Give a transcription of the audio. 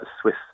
swiss